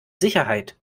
sicherheit